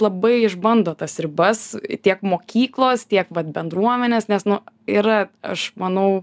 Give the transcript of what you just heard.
labai išbando tas ribas tiek mokyklos tiek vat bendruomenės nes nu ir aš manau